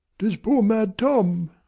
tis poor mad tom.